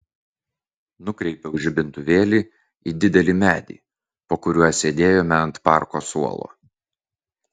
nukreipiau žibintuvėlį į didelį medį po kuriuo sėdėjome ant parko suolo